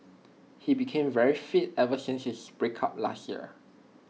he became very fit ever since his breakup last year